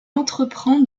entreprend